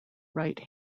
right